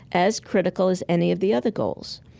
as critical as any of the other goals.